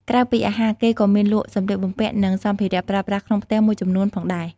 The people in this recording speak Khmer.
ក្រៅពីអាហារ គេក៏មានលក់សំលៀកបំពាក់ និងសម្ភារៈប្រើប្រាស់ក្នុងផ្ទះមួយចំនួនផងដែរ។